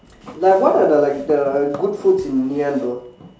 like what are the like the good foods in Ngee-Ann though